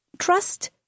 Trust